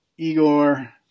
Igor